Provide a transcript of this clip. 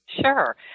Sure